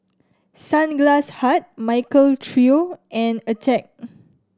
Sunglass Hut Michael Trio and Attack